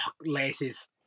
Laces